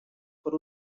per